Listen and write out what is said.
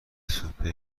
سوپ